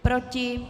Proti?